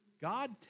God